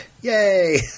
Yay